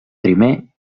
primer